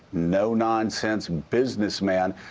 no nonsense businessman,